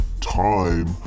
time